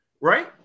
right